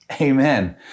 Amen